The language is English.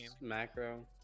macro